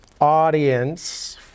audience